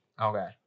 Okay